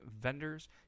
vendors